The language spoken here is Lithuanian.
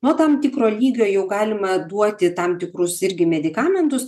nuo tam tikro lygio jau galima duoti tam tikrus irgi medikamentus